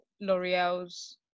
L'Oreal's